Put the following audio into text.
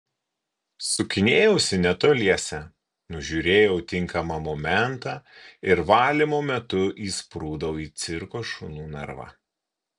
sukinėjausi netoliese nužiūrėjau tinkamą momentą ir valymo metu įsprūdau į cirko šunų narvą